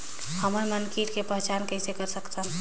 हमन मन कीट के पहचान किसे कर सकथन?